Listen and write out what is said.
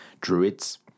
druids